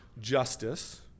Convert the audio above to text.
justice